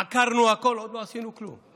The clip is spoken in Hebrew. עקרנו הכול, עוד לא עשינו כלום.